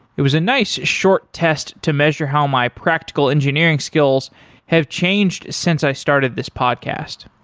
it was a nice short test to measure how my practical engineering skills have changed since i started this podcast.